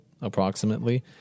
approximately